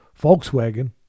Volkswagen